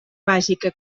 bàsica